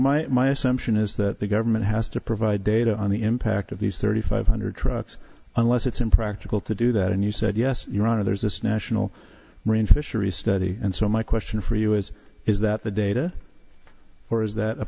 my my assumption is that the government has to provide data on the impact of these thirty five hundred trucks unless it's impractical to do that and you said yes your honor there's this national marine fisheries study and so my question for you is is that the data or is that a